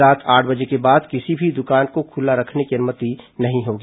रात आठ बजे के बाद किसी भी दुकान को खुला रखने की अनुमति नहीं होगी